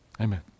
Amen